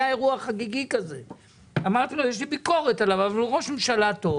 היה אירוע חגיגי ואמרתי לו שיש לי ביקורת עליו אבל הוא ראש ממשלה טוב.